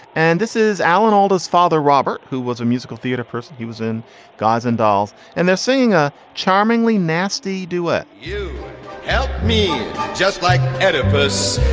and this is alan aldo's father, robert, who was a musical theater person. he was in guys and dolls and they're singing a charmingly nasty duet you help me just like edifice.